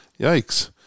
Yikes